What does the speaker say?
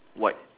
white